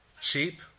Sheep